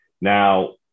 Now